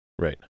Right